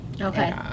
Okay